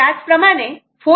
त्याच प्रमाणे 4